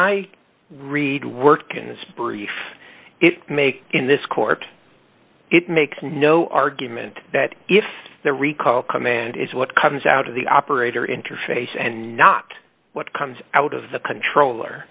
i read work and this brief it make in this court it makes no argument that if the recall command is what comes out of the operator interface and not what comes out of the